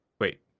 wait